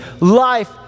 life